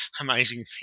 amazing